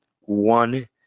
one